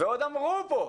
ועוד אמרו כאן